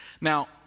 Now